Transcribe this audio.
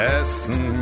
essen